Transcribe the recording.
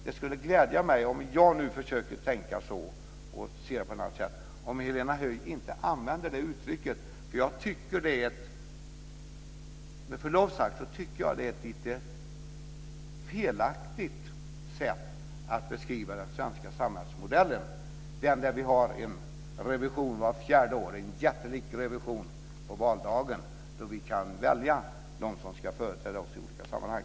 Det skulle glädja mig, om jag nu försöker tänka så, om Helena Höij inte använde det uttrycket. Med förlov sagt tycker jag att det är ett lite felaktigt sätt att beskriva den svenska samhällsmodellen. I den har vi vart fjärde år en jättelik revision på valdagen, då vi kan välja dem som ska företräda oss i politiska sammanhang.